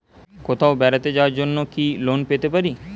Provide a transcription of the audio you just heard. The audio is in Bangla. কোথাও বেড়াতে যাওয়ার জন্য কি লোন পেতে পারি?